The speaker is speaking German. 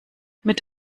mit